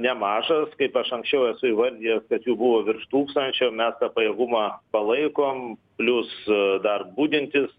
nemažas kaip aš anksčiau esu įvardijęs kad jų buvo virš tūkstančio mes tą pajėgumą palaikom plius dar budintys